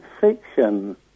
fiction